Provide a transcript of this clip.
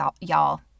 y'all